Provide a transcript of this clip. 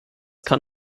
kann